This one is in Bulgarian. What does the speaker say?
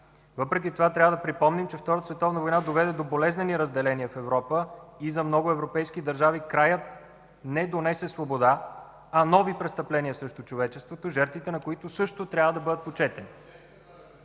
Въпреки това трябва да припомним, че Втората световна война доведе до болезнени разделения в Европа и за много европейски държави краят не донесе свобода, а нови престъпления срещу човечеството, жертвите на които също трябва да бъдат почетени.